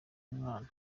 umwana